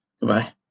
goodbye